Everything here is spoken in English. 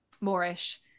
Moorish